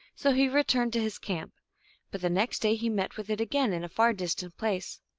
so he returned to his camp but the next day he met with it again in a far-distant place.